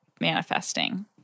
manifesting